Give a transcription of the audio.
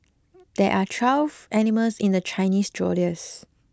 there are twelve animals in the Chinese Zodiac